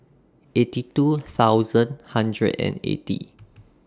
eighty two thousand hundred and eighty